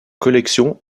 collections